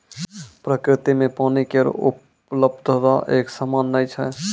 प्रकृति म पानी केरो उपलब्धता एकसमान नै छै